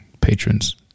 Patrons